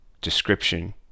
description